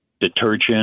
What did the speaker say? detergent